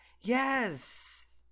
Yes